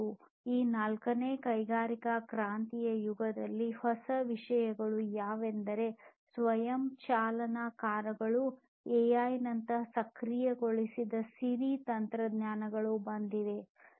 ಮತ್ತು ಈ ನಾಲ್ಕನೇ ಕೈಗಾರಿಕಾ ಕ್ರಾಂತಿಯ ಯುಗದಲ್ಲಿ ಹೊಸ ವಿಷಯಗಳು ಯಾವುದೆಂದರೆ ಸ್ವಯಂ ಚಾಲನಾ ಕಾರುಗಳು ಎಐನಂತಹ ಸಕ್ರಿಯಗೊಳಿಸಿದ ಸಿರಿ ತಂತ್ರಜ್ಞಾನಗಳು ಬಂದಿವೆ